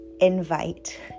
invite